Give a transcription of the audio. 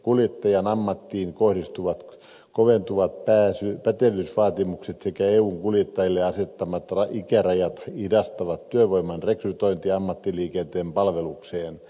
kuljettajan ammattiin kohdistuvat koventuvat pätevyysvaatimukset sekä eun kuljettajille asettamat ikärajat hidastavat työvoiman rekrytointia ammattiliikenteen palvelukseen